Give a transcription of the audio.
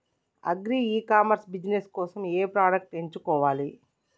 Agri e commerce business కోసము ఏ products ఎంచుకోవాలి?